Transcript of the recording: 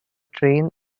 train